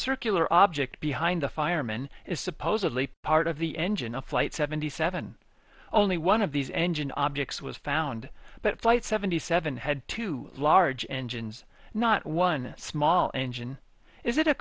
circular object behind the fireman is supposedly part of the engine of flight seventy seven only one of these engine objects was found but flight seventy seven had two large engines not one small engine is it a